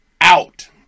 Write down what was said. out